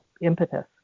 impetus